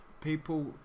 people